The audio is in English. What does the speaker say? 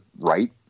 right